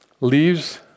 leaves